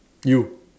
you